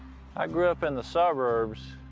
i grew up in the suburbs.